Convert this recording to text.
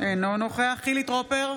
אינו נוכח חילי טרופר,